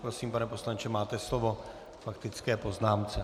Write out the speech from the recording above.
Prosím, pane poslanče, máte slovo k faktické poznámce.